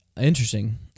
Interesting